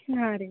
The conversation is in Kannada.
ಹಾಂ ರೀ